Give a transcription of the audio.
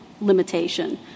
limitation